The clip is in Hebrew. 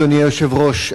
אדוני היושב-ראש,